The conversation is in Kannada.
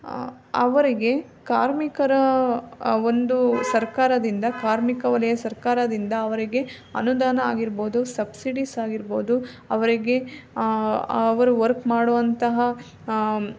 ಅವರಿಗೆ ಕಾರ್ಮಿಕರ ಒಂದು ಸರ್ಕಾರದಿಂದ ಕಾರ್ಮಿಕ ವಲಯ ಸರ್ಕಾರದಿಂದ ಅವರಿಗೆ ಅನುದಾನ ಆಗಿರ್ಬೋದು ಸಬ್ಸಿಡಿಸ್ ಆಗಿರ್ಬೋದು ಅವರಿಗೆ ಅವರು ವರ್ಕ್ ಮಾಡುವಂತಹ